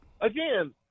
again